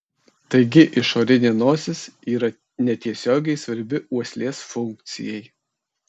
taigi išorinė nosis yra netiesiogiai svarbi uoslės funkcijai